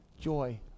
Joy